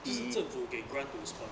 致使政府给 grant to sponsor 这样